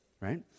right